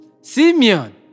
Simeon